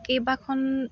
কেইবাখন